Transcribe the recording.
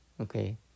okay